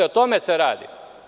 O tome se radi.